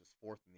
fourth